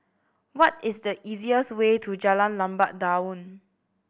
what is the easiest way to Jalan Lebat Daun